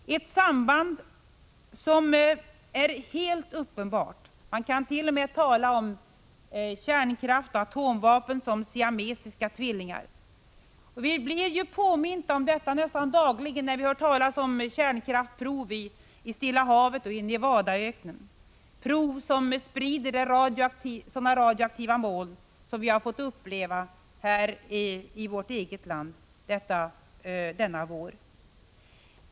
Detta samband är helt uppenbart — man kan t.o.m. tala om kärnkraft och atomvapen som siamesiska tvillingar. Vi blir påminda om detta nästan dagligen, när vi hör talas om kärnvapenprov i Stilla havet och i Nevadaöknen — prov som sprider sådana radioaktiva moln som vi har fått uppleva här i vårt eget land denna vår.